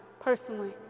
personally